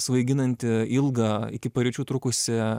svaiginantį ilgą iki paryčių trukusį